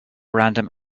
random